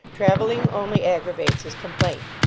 traveling only aggravates his complaint.